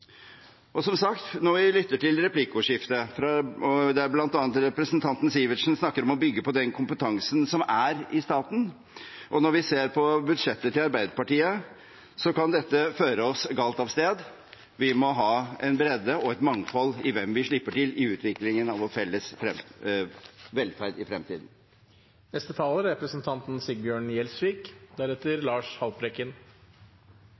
Og som sagt: Når vi lytter til replikkordskiftet, der bl.a. representanten Sivertsen snakker om å bygge på den kompetansen som er i staten, og når vi ser på budsjettet til Arbeiderpartiet, kan dette føre oss galt av sted. Vi må ha en bredde og et mangfold i hvem vi slipper til i utviklingen av vår felles velferd i fremtiden.